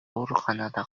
ооруканада